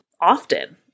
often